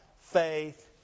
faith